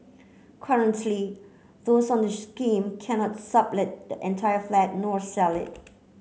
currently those on the scheme cannot sublet the entire flat nor sell it